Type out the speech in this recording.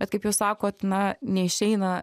bet kaip jūs sakot na neišeina